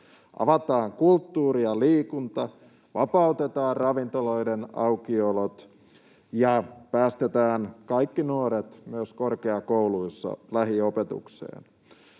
Avataan kulttuuri ja liikunta, vapautetaan ravintoloiden aukiolot ja päästetään kaikki nuoret, myös korkeakouluissa, lähiopetukseen.